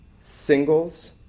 singles